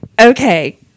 okay